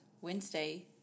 Wednesday